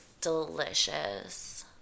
delicious